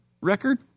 record